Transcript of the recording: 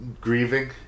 grieving